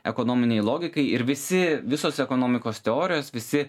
ekonominei logikai ir visi visos ekonomikos teorijos visi